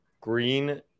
green